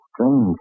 strange